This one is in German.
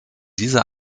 diese